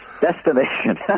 destination